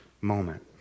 moment